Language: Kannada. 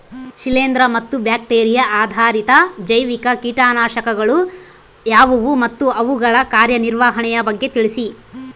ಶಿಲೇಂದ್ರ ಮತ್ತು ಬ್ಯಾಕ್ಟಿರಿಯಾ ಆಧಾರಿತ ಜೈವಿಕ ಕೇಟನಾಶಕಗಳು ಯಾವುವು ಮತ್ತು ಅವುಗಳ ಕಾರ್ಯನಿರ್ವಹಣೆಯ ಬಗ್ಗೆ ತಿಳಿಸಿ?